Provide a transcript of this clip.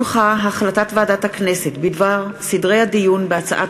החלטת ועדת הכנסת בדבר סדרי הדיון בהצעת